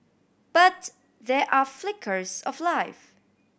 but there are flickers of life